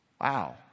Wow